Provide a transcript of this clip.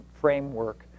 framework